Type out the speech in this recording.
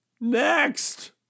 Next